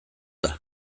eta